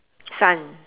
sun